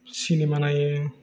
cinema नायो